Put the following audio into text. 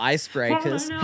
Icebreakers